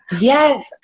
Yes